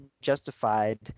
justified